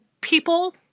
people